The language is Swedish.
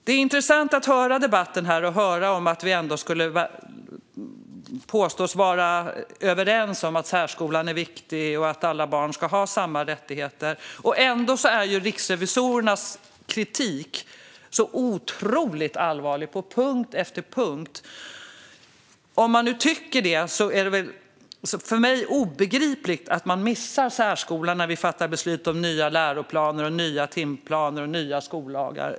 Det är intressant att höra debatten här, att vi ändå påstås vara överens om att särskolan är viktig och att alla barn ska ha samma rättigheter. Ändå är riksrevisorernas kritik så otroligt allvarlig på punkt efter punkt. Om vi tycker så är det för mig obegripligt att vi missar särskolan när vi fattar beslut om nya läroplaner, timplaner och skollagar.